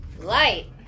Light